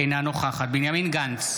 אינה נוכחת בנימין גנץ,